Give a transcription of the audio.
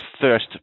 first